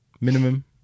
Minimum